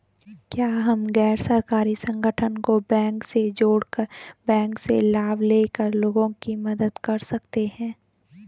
क्या हम गैर सरकारी संगठन को बैंक से जोड़ कर बैंक से लाभ ले कर लोगों की मदद कर सकते हैं?